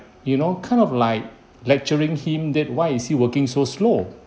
you know kind of like lecturing him that why is he working so slow